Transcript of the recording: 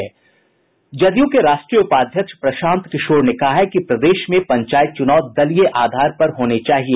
जदयू के राष्ट्रीय उपाध्यक्ष प्रशांत किशोर ने कहा है कि प्रदेश में पंचायत चुनाव दलीय आधार पर होने चाहिए